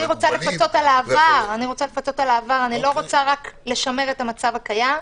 אני רוצה לפצות על העבר ולא רוצה רק לשמר את המצב הקיים.